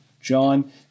John